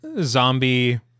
zombie